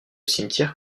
cimetière